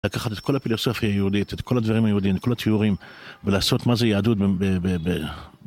לקחת את כל הפילוסופיה היהודית, את כל הדברים היהודיים, את כל התיאורים ולעשות מה זה יהדות ב...